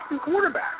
quarterback